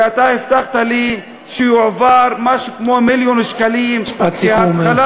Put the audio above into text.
ואתה הבטחת לי שיועברו משהו כמו מיליון שקלים מהתחלה.